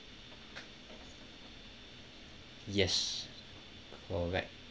yes correct